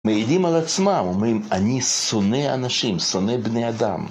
מעידים על עצמם, אומרים, אני שונא אנשים, שונא בני אדם.